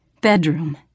bedroom